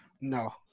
no